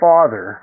Father